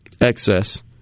excess